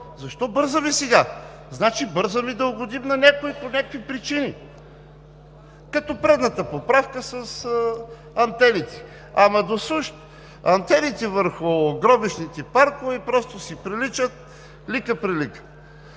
Защо бързаме сега? Значи бързаме да угодим на някой по някакви причини, като предната поправка с антените. Ама досущ антените върху гробищните паркове – просто си приличат лика-прилика.